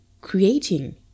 creating